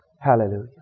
Hallelujah